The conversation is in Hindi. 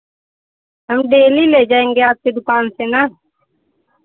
हम डेली ले जाएँगे आपके दुकान से ना